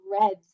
reds